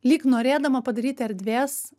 lyg norėdama padaryti erdvės